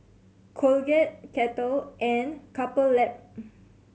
Colgate Kettle and Couple Lab